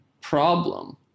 problem